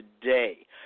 today